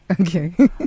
Okay